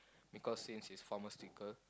because since it's pharmaceutical